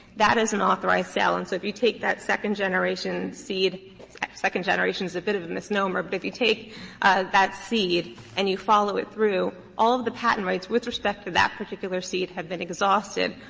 that is an authorized sale. and so if you take that second generation seed second generation is a bit of a misnomer, but if you take that seed and you follow it through, all of the patent rights with respect to that particular seed have been exhausted.